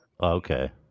Okay